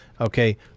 Okay